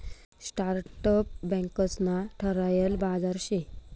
startup banks ना ठरायल बाजार शे